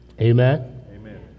Amen